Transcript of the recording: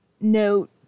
note